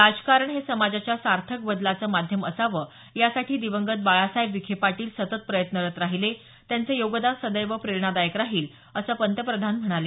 राजकारण हे समाजाच्या सार्थक बदलाचं माध्यम असावं यासाठी दिवंगत बाळासाहेब विखे पाटील सतत प्रयत्नरत राहिले त्यांचं योगदान सदैव प्रेरणादायक राहील असं पंतप्रधान म्हणाले